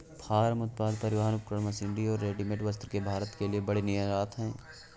farm उत्पाद, परिवहन उपकरण, मशीनरी और रेडीमेड वस्त्र भी भारत के लिए बड़े निर्यात हैं